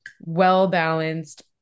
well-balanced